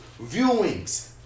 viewings